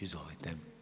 Izvolite.